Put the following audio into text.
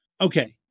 Okay